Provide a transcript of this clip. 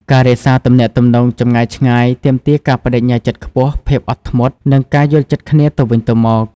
ការរក្សាទំនាក់ទំនងចម្ងាយឆ្ងាយទាមទារការប្តេជ្ញាចិត្តខ្ពស់ ភាពអត់ធ្មត់ និងការយល់ចិត្តគ្នាទៅវិញទៅមក។